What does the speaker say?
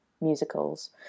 musicals